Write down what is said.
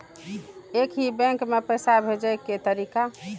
एक ही बैंक मे पैसा भेजे के तरीका?